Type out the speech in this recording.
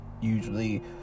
usually